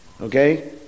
okay